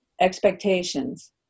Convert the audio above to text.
expectations